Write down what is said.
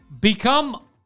Become